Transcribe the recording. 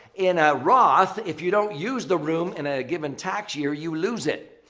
in a roth, if you don't use the room in a given tax year, you lose it.